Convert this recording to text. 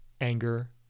anger